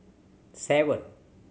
seven